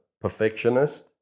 perfectionist